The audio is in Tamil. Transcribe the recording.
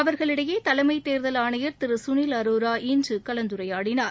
அவர்களிடையே தலைமைத் தேர்தல் ஆணையர் திரு சுனில் அரோரா இன்று கலந்துரையாடினார்